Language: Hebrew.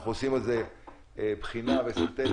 אנחנו עושים על זה בחינה וסינתזה,